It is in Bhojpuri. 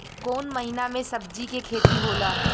कोउन महीना में सब्जि के खेती होला?